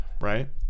right